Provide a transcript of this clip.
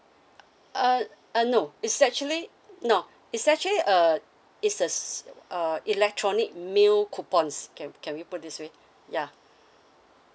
uh uh no it's actually no it's actually a is a uh electronic meal coupons can can we put this way yeah